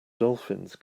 dolphins